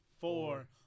four